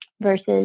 versus